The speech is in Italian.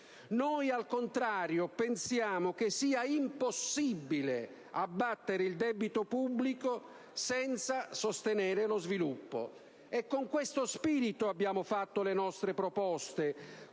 noi, al contrario, pensiamo che sia impossibile abbattere il debito pubblico senza sostenere lo sviluppo. Con questo spirito abbiamo fatto le nostre proposte,